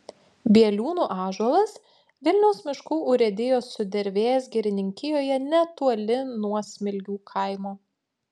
bieliūnų ąžuolas vilniaus miškų urėdijos sudervės girininkijoje netoli nuo smilgių kaimo